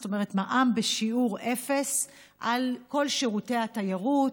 זאת אומרת, מע"מ בשיעור אפס על כל שירותי התיירות: